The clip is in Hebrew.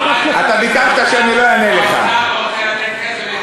מחר, האוצר רוצה לתת כסף.